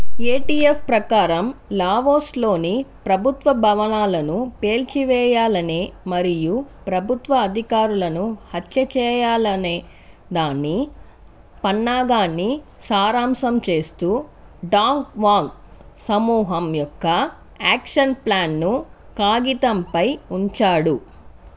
ATF ప్రకారం లావోస్లోని ప్రభుత్వ భవనాలను పేల్చివేయాలనే మరియు ప్రభుత్వ అధికారులను హత్య చేయాలనే దాని పన్నాగాన్ని సారాంశం చేస్తూ డాంగ్ వాంగ్ సమూహం యొక్క యాక్షన్ ప్లాన్ను కాగితంపై ఉంచాడు